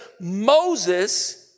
Moses